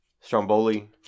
Stromboli